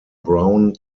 brown